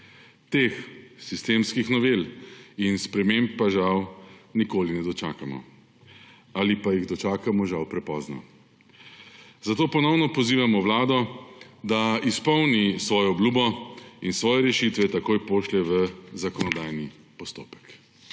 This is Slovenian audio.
Teh sistemskih novel in sprememb pa žal nikoli ne dočakamo ali pa jih dočakamo žal prepozno. Zato ponovno pozivamo Vlado, da izpolni svojo obljubo in svoje rešitve takoj pošlje v zakonodajni postopek.